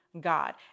God